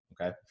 okay